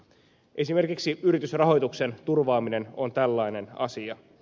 esimerkiksi yritysrahoituksen turvaaminen on tällainen asia